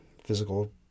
physical